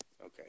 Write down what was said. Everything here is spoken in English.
Okay